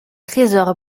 trésor